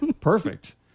Perfect